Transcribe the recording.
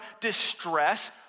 distress